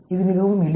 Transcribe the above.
இது மிகவும் எளிது